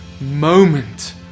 moment